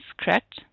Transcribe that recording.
correct